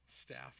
staff